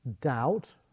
doubt